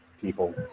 people